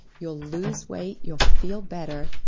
you'll lose weight, you'll feel better,